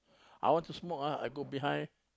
I want to smoke ah I go behind